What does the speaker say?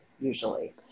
Usually